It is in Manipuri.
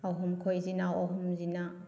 ꯑꯍꯨꯝ ꯑꯩꯈꯣꯏ ꯏꯆꯤꯜ ꯏꯅꯥꯎ ꯑꯍꯨꯝꯁꯤꯅ